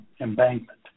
embankment